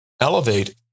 elevate